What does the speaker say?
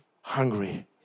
hungry